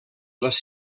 les